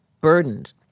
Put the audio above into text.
burdened